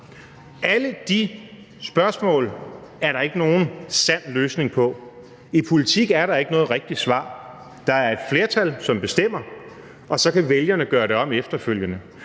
Alle de spørgsmål er der ikke nogen sand løsning på. I politik er der ikke noget rigtigt svar – der er et flertal, som bestemmer, og så kan vælgerne gøre det om efterfølgende.